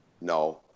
No